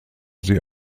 sie